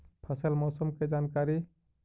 फसल मौसम के जानकारी?